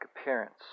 appearance